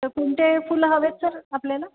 तर कोणते फुलं हवे आहेत सर आपल्याला